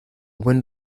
buen